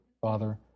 Father